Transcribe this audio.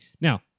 Now